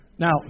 Now